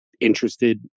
interested